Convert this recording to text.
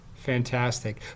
Fantastic